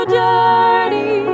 dirty